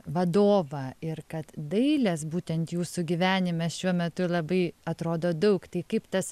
vadovą ir kad dailės būtent jūsų gyvenime šiuo metu labai atrodo daug tai kaip tas